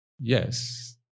yes